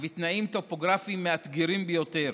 ובתנאים טופוגרפיים מאתגרים ביותר,